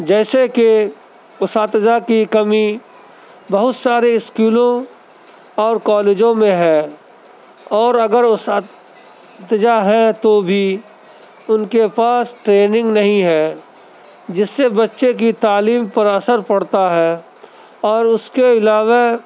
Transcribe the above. جیسے کہ اساتذہ کی کمی بہت سارے اسکولوں اور کالجوں میں ہے اور اگر اساتذہ ہیں تو بھی ان کے پاس ٹریننگ نہیں ہے جس سے بچے کی تعلیم پر اثر پڑتا ہے اور اسکے علاوہ